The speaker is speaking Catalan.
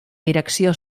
direcció